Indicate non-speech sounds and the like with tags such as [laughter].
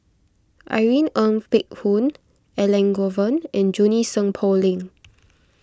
Irene Ng Phek Hoong Elangovan and Junie Sng Poh Leng [noise]